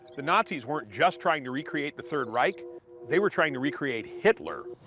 the nazis weren't just trying to re-create the third reich they were trying to re-create hitler.